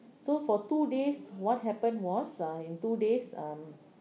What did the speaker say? so for two days what happened was uh in two days um